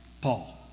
Paul